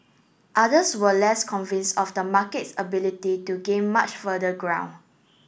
others were less convinced of the market's ability to gain much further ground